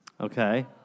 Okay